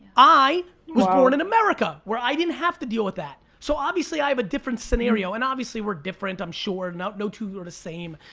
i was born in america, where i didn't have to deal with that, so obviously i have a different scenario, and obviously we're different, i'm sure, no no two are the same,